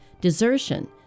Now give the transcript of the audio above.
desertion